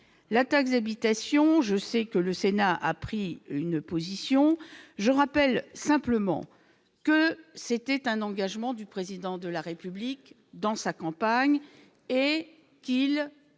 la taxe d'habitation, je sais que le Sénat a pris une position, je rappelle simplement que c'était un engagement du président de la République dans sa campagne et qu'il